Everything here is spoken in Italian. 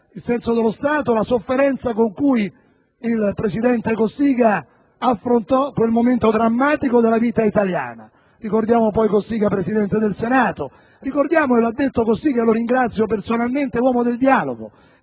il senso dello Stato, la sofferenza con cui il presidente Cossiga affrontò quel momento drammatico della vita italiana. Ricordiamo poi Cossiga presidente del Senato. Ricordiamo Cossiga - lo ha detto lui stesso, e lo ringrazio personalmente - come l'uomo del dialogo